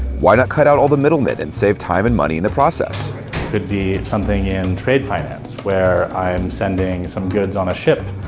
why not cut out all the middlemen and save time and money in the process? it could be something in trade finance, where i'm sending some goods on a ship.